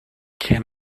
can